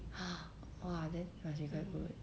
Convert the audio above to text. ha !wah! then must be very good